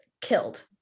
killed